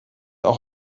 auch